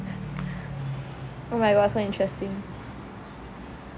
oh my god so interesting